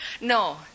No